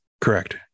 correct